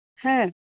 ᱦᱮᱸ